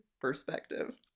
perspective